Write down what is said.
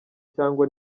cyangwa